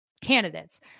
candidates